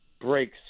breaks